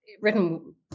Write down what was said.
Written